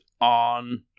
on